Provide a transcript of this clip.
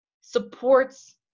supports